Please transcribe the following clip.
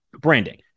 branding